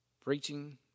preaching